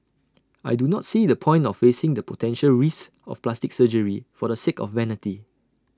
I do not see the point of facing the potential risks of plastic surgery for the sake of vanity